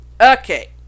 Okay